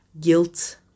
guilt